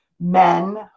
men